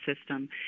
system